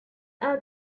are